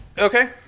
Okay